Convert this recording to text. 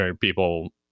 people